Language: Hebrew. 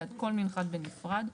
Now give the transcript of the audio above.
בעד כל מנחת בנפרד,